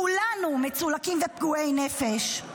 כולנו מצולקים ופגועי נפש.